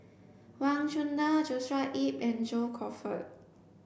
Wang Chunde Joshua Ip and John Crawfurd